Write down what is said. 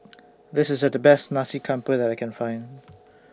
This IS The Best Nasi Campur that I Can Find